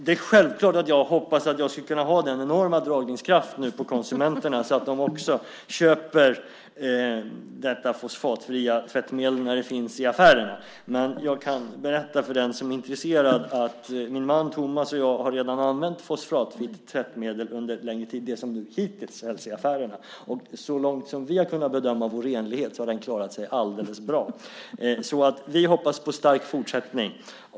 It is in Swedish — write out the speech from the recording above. Det är självklart att jag hoppas att jag ska kunna ha den enorma dragningskraften på konsumenterna att de också köper detta fosfatfria tvättmedel när det finns i affärerna. Jag kan berätta för den som är intresserad att min man Tomas och jag redan har använt fosfatfritt tvättmedel under en längre tid, det som hittills har sålts i affärerna. Så långt som vi har kunnat bedöma vår renlighet har den klarat sig bra. Vi hoppas på en stark fortsättning.